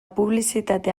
publizitate